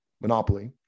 monopoly